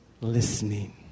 listening